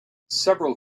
several